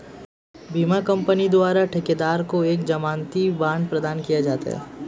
बीमा कंपनी द्वारा ठेकेदार को एक जमानती बांड प्रदान किया जाता है